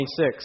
26